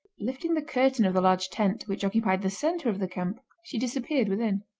lifting the curtain of the large tent, which occupied the centre of the camp, she disappeared within.